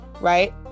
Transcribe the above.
right